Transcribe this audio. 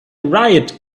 riot